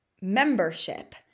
membership